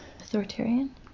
authoritarian